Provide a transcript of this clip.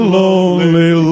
lonely